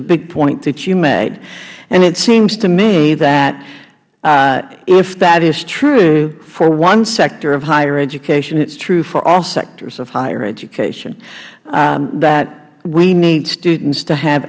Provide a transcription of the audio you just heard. a big point that you made and it seems to me that if that is true for one sector of higher education it is true for all sectors of higher education that we need students to have